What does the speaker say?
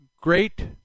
great